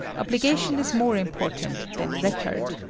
obligation is more important than record.